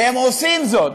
והם עושים זאת